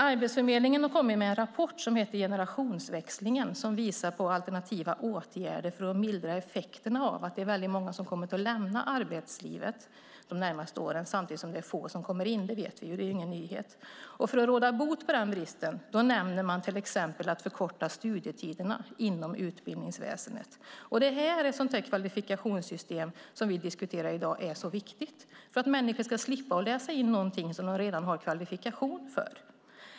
Arbetsförmedlingen har kommit med en rapport som heter Generationsväxlingen, som visar på alternativa åtgärder för att mildra effekterna av att det är väldigt många som kommer att lämna arbetslivet de närmaste åren samtidigt som det är få som kommer in. Det vet vi. Det är ingen nyhet. För att råda bot på den bristen nämner man till exempel att vi kan förkorta studietiderna inom utbildningsväsendet. Det här är ett sådant kvalifikationssystem som vi diskuterar i dag och som är viktigt för att människor ska slippa läsa in någonting som de redan har kvalifikation för.